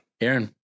Aaron